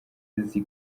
azi